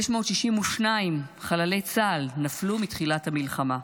662 חללי צה"ל נפלו מתחילת המלחמה.